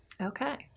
Okay